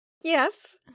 yes